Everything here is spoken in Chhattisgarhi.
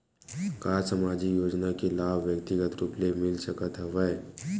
का सामाजिक योजना के लाभ व्यक्तिगत रूप ले मिल सकत हवय?